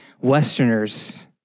Westerners